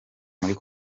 muri